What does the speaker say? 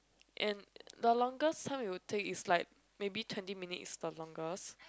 and the longest time you take is like maybe twenty minutes the longest